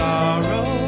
Sorrow